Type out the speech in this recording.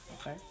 okay